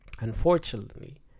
unfortunately